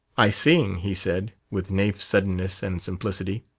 i sing, he said, with naif suddenness and simplicity.